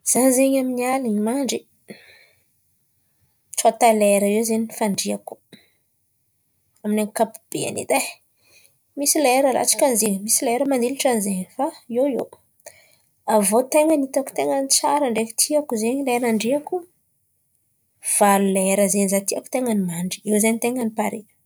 Zaho zen̈y amin'ny alin̈y mandry, tsôta lera eo zen̈y fandriako amin'ny ankapobeany edy e, misy lera latsakan'izay misy lera mandilatran'izay fa eo ho eo. Avy iô ny ten̈a ny hitako tsara ndraiky tiako zain̈y lera handriako valo lera zen̈y tiako ten̈a ny mandry, io zen̈y ten̈a hitako pare.